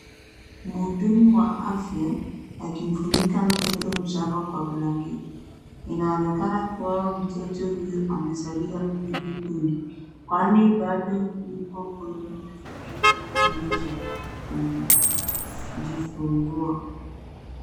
Mhudumu wa afya akimfunika mtoto mchanga kwa blanketi. Inaonekana kuwa mtoto huyu amezaliwa hivi punde, kwani bado yuko kwenye mazingira ya chumba cha kujifungua.